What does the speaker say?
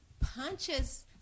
punches